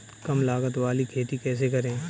कम लागत वाली खेती कैसे करें?